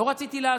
לא רציתי לעזוב.